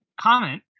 comment